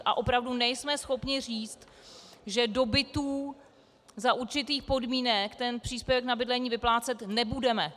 A opravdu nejsme schopni říct, že do bytů za určitých podmínek ten příspěvek na bydlení vyplácet nebudeme.